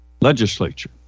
legislature